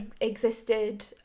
existed